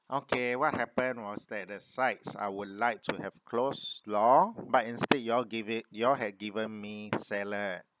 okay what happened was that the sides I would like to have coleslaw but instead you all give it you all had given me salad